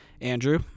Andrew